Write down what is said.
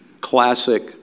classic